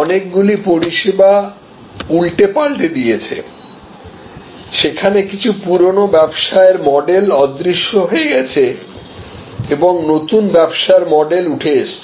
অনেকগুলি পরিষেবা উল্টে পাল্টে দিয়েছে যেখানে কিছু পুরানো ব্যবসায়ের মডেল অদৃশ্য হয়ে গেছে এবং নতুন ব্যবসার মডেল উঠে এসেছে